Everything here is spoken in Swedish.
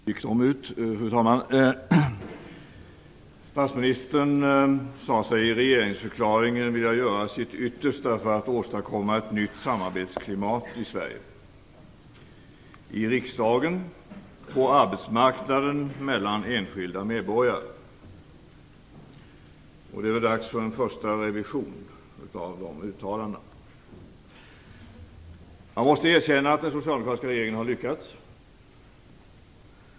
Fru talman! Statsministern sade sig i regeringsförklaringen vilja göra sitt yttersta för att åstadkomma ett nytt samarbetsklimat i Sverige - i riksdagen, på arbetsmarknaden och mellan enskilda medborgare. Nu är det dags för en första revision av de uttalanden. Jag måste erkänna att den socialdemokratiska regeringen har lyckats.